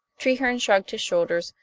treherne shrugged his shoulders,